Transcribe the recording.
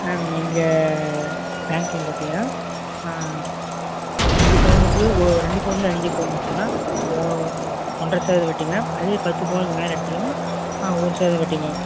ma'am எங்கள் banking பார்த்தீங்கன்னா அஞ்சு பவுனுக்கு ஓ ரெண்டு பவுன்லேருந்து அஞ்சு பவுன் இருக்குன்னால் ஓ ஒன்ரை சவரன் வட்டி மேம் அதே பத்து பவுனுக்கு மேலே எடுத்தீங்கன்னால் ஒரு சவரன் வட்டி மேம்